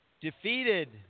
defeated